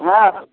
हँ